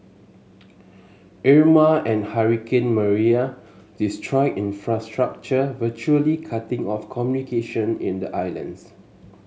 Irma and hurricane Maria destroyed infrastructure virtually cutting off communication in the islands